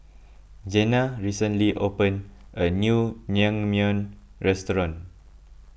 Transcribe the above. Jenna recently opened a new Naengmyeon restaurant